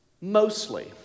mostly